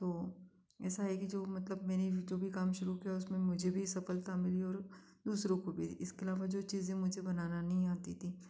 तो ऐसा है कि जो मतलब मैंने जो भी काम शुरू किया उसमें मुझे भी सफ़लता मिली और दूसरों को भी इसके अलावा जो चीज़ें मुझे बनाना नहीं आती थीं